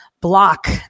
block